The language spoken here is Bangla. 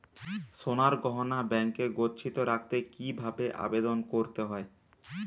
সোনার গহনা ব্যাংকে গচ্ছিত রাখতে কি ভাবে আবেদন করতে হয়?